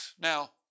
Now